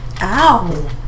Ow